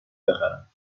بخرم